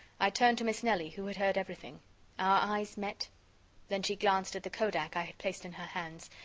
i turned to miss nelly, who had heard everything. our eyes met then she glanced at the kodak i had placed in her hands,